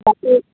okay